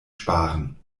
sparen